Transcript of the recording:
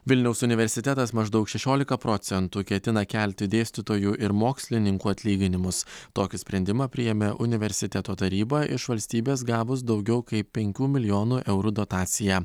vilniaus universitetas maždaug šešiolika procentų ketina kelti dėstytojų ir mokslininkų atlyginimus tokį sprendimą priėmė universiteto taryba iš valstybės gavus daugiau kai penkių milijonų eurų dotaciją